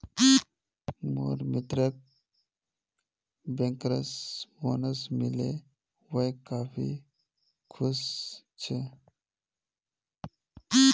मोर मित्रक bankers bonus मिल ले वइ काफी खुश छ